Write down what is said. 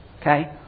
Okay